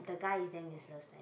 the guy is damn useless like that